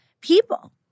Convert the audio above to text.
people